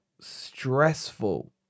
stressful